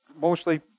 Mostly